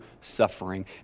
suffering